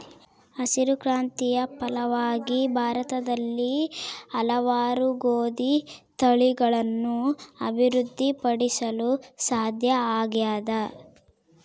ಹಸಿರು ಕ್ರಾಂತಿಯ ಫಲವಾಗಿ ಭಾರತದಲ್ಲಿ ಹಲವಾರು ಗೋದಿ ತಳಿಗಳನ್ನು ಅಭಿವೃದ್ಧಿ ಪಡಿಸಲು ಸಾಧ್ಯ ಆಗ್ಯದ